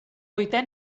vuitè